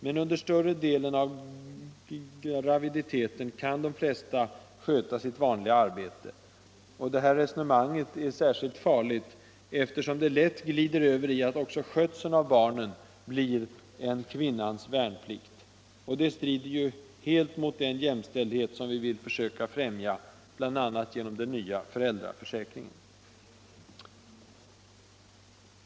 Men under större delen av graviditeten kan de flesta sköta sitt vanliga arbete. Det här resonemanget är särskilt farligt, eftersom det lätt glider över i att också skötseln av barnen blir en kvinnans värnplikt. Och det strider ju helt mot den jämställdhet som vi vill försöka främja, bl.a. genom den nya föräldraförsäkringen.